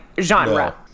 genre